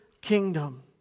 kingdom